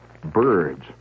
birds